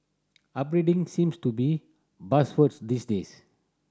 upgrading seems to be buzzword these days